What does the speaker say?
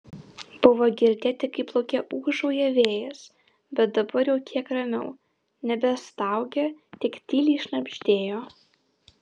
buvo girdėti kaip lauke ūžauja vėjas bet dabar jau kiek ramiau nebestaugė tik tyliai šnabždėjo